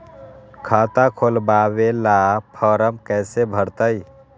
खाता खोलबाबे ला फरम कैसे भरतई?